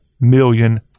million